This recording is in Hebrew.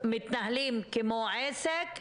מתנהלים כמו עסק,